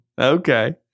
Okay